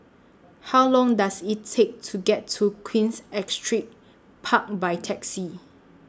How Long Does IT Take to get to Queens Astrid Park By Taxi